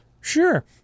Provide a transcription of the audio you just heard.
Sure